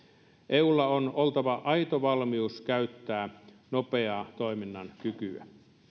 eulla on oltava aito valmius käyttää nopean toiminnan kykyä